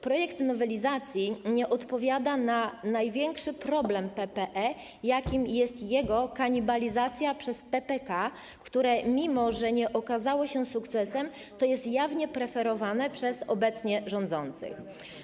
Projekt nowelizacji nie odpowiada na największy problem PPE, jakim jest jego kanibalizacja przez PPK, które mimo że nie okazało się sukcesem, to jest jawnie preferowane przez obecnie rządzących.